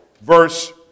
verse